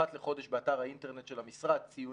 אחת לחודש באתר האינטרנט של המשרד ציונים